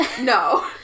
No